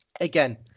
Again